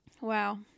Wow